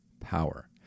power